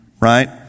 right